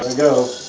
go.